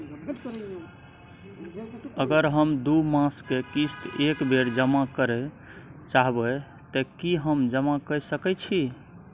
अगर हम दू मास के किस्त एक बेर जमा करे चाहबे तय की हम जमा कय सके छि?